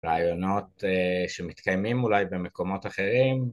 רעיונות שמתקיימים אולי במקומות אחרים